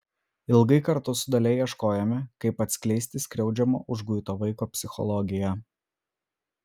ilgai kartu su dalia ieškojome kaip atskleisti skriaudžiamo užguito vaiko psichologiją